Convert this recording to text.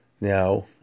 Now